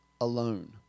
alone